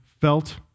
felt